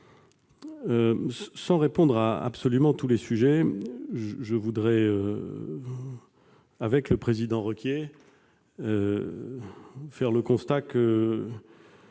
Sans répondre sur tous les sujets, je voudrais, avec le président Requier, faire le constat que